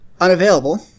unavailable